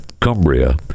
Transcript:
Cumbria